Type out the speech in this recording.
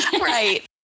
Right